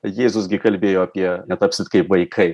jėzus gi kalbėjo apie netapsit kaip vaikai